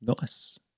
nice